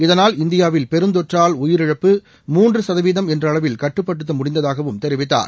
இதனால் இந்தியாவில் பெருந்தொற்றால் உயிரிழப்பு மூன்று சதவீதம் என்ற அளவில் கட்டுப்படுத்த முடிந்ததாகவும் தெரிவித்தார்